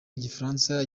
igifaransa